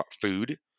food